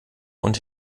und